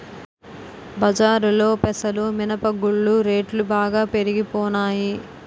బజారులో పెసలు మినప గుళ్ళు రేట్లు బాగా పెరిగిపోనాయి